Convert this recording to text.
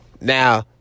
Now